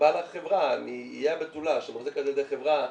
בעל החברה מאיי הבתולה שמחזיק על ידי חברה